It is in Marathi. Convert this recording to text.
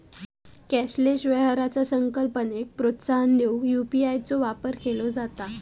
कॅशलेस व्यवहाराचा संकल्पनेक प्रोत्साहन देऊक यू.पी.आय चो वापर केला जाता